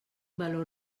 valor